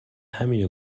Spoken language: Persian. همینو